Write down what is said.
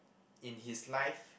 in his life